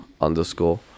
underscore